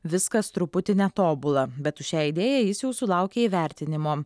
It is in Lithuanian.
viskas truputį netobula bet už šią idėją jis jau sulaukė įvertinimo